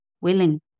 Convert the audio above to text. willing